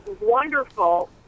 wonderful